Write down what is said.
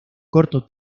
corto